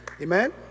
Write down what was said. amen